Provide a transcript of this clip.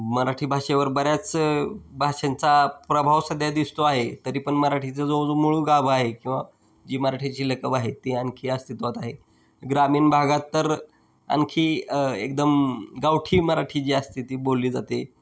मराठी भाषेवर बऱ्याच भाषांचा प्रभाव सध्या दिसतो आहे तरी पण मराठीचा जो जो मूळ गाभा आहे किंवा जी मराठीची लकब आहे ती आणखी अस्तित्वात आहे ग्रामीण भागात तर आणखी एकदम गावठी मराठी जी असते ती बोलली जाते